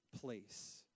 place